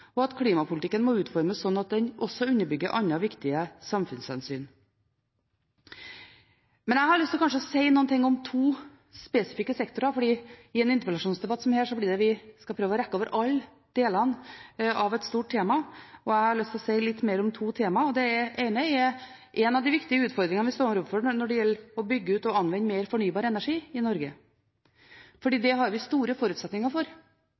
og at klimapolitikken må utformes slik at den også underbygger andre viktige samfunnshensyn. Jeg har lyst til å si noe om to spesifikke sektorer. I en interpellasjonsdebatt som her, blir det til at vi skal prøve å rekke over alle delene av et stort tema, men jeg har lyst til å si litt mer om to tema. Det ene er en av de viktige utfordringene vi står overfor, og det gjelder å bygge ut og anvende mer fornybar energi i Norge, for det har vi store forutsetninger for.